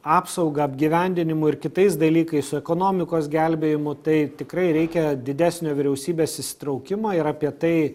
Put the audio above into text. apsauga apgyvendinimu ir kitais dalykais su ekonomikos gelbėjimu tai tikrai reikia didesnio vyriausybės įsitraukimo ir apie tai